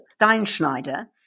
Steinschneider